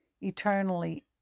eternally